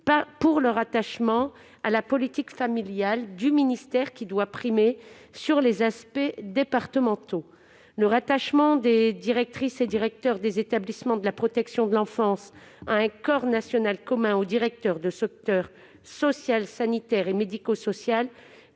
pour leur rattachement à la politique familiale du ministère, qui doit primer sur les aspects départementaux. Le rattachement des directeurs des établissements de la protection de l'enfance à un corps national commun au directeur des secteurs social, sanitaire et médico-social